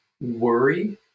worry